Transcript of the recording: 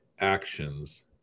actions